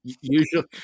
usually